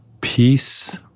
Peace